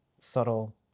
subtle